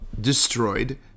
destroyed